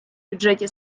бюджеті